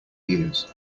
years